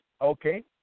okay